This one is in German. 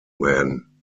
werden